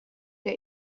der